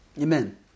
Amen